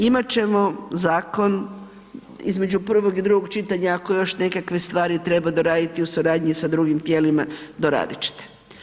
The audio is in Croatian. Imat ćemo zakon između prvog i drugog čitanja ako još nekakve stvari treba doraditi u suradnji sa drugim tijelima, doradit ćete.